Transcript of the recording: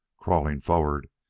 crawling forward,